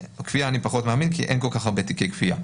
כפייה אני פחות מאמין כי אין כל-כך הרבה תיקי כפייה.